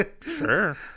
sure